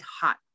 hot